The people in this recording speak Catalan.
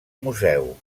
museu